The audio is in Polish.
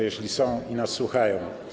Jeśli są i nas słuchają.